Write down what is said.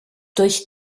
durch